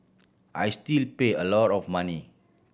I still pay a lot of money